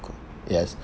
yes